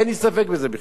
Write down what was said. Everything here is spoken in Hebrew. אין לי ספק בזה בכלל.